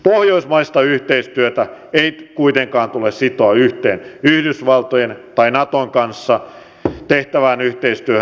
pohjoismaista yhteistyötä ei kuitenkaan tule sitoa yhteen yhdysvaltojen tai naton kanssa tehtävään yhteistyöhön